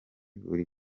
buri